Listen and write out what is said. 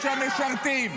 יש שמשרתים.